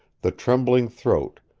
the trembling throat,